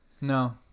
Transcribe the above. No